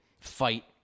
fight